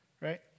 right